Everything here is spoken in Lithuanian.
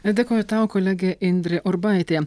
dėkoju tau kolegė indrė urbaitė